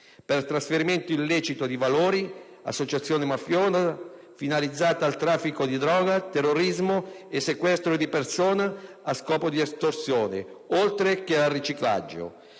per trasferimento illecito di valori, associazione mafiosa finalizzata al traffico di droga, terrorismo e sequestro di persona a scopo di estorsione, oltre che al riciclaggio.